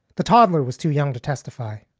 the toddler was too young to testify.